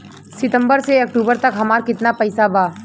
सितंबर से अक्टूबर तक हमार कितना पैसा बा?